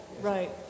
right